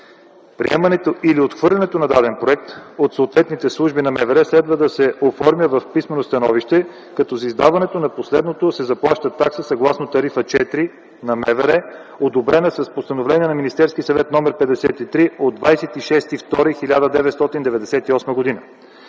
Приемането или отхвърлянето на даден проект от съответните служби на МВР следва да се оформя в писмено становище като за издаването на последното се заплаща такса, съгласно Тарифа № 4 на МВР, одобрена с Постановление № 53 на Министерския съвет от 26 февруари 1998 г.,